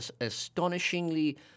astonishingly